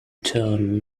term